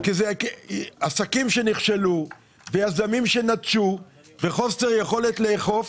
עסקים שנכשלו, יזמים שנטשו וחוסר יכולת לאכוף.